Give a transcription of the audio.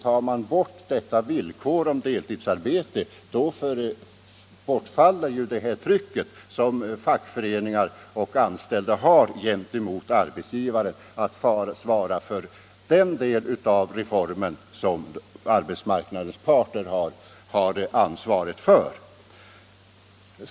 Tar man bort villkoret om deltidsarbete, bortfaller ju det tryck som fackföreningar och anställda har gentemot arbetsgivarna när det gäller den del av reformen som arbetsmarknadens parter har ansvaret för.